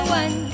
one